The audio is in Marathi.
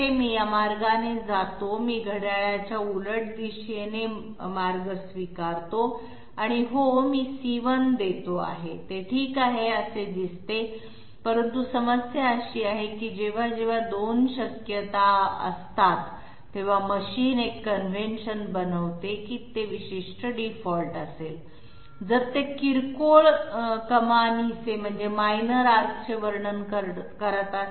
मी या मार्गाने जातो मी घड्याळाच्या उलट दिशेने मार्ग स्वीकारतो आणि हो मी c1 देतो आहे ते ठीक आहे असे दिसते परंतु समस्या अशी आहे की जेव्हा जेव्हा 2 शक्यता असतात तेव्हा मशीन एक कन्व्हेन्शन बनवते की ते विशिष्ट डीफॉल्ट असेल जर ते मायनर आर्कचे वर्णन करत असेल